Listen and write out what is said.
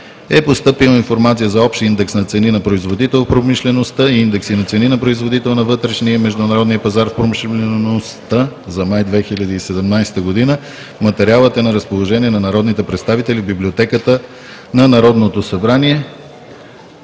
е постъпила Информация за общ индекс на цени на производител в промишлеността, индекси на цени на производител на вътрешния и международния пазар в промишлеността за май 2017 г. Материалът е на разположение на народните представители в Библиотеката на Народното събрание.